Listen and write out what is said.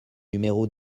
numéro